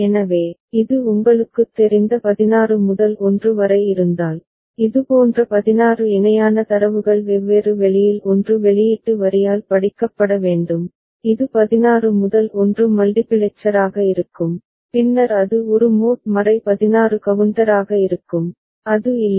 எனவே இது உங்களுக்குத் தெரிந்த 16 முதல் 1 வரை இருந்தால் இதுபோன்ற 16 இணையான தரவுகள் வெவ்வேறு வெளியில் 1 வெளியீட்டு வரியால் படிக்கப்பட வேண்டும் இது 16 முதல் 1 மல்டிபிளெக்சராக இருக்கும் பின்னர் அது ஒரு மோட் 16 கவுண்டராக இருக்கும் அது இல்லை